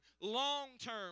long-term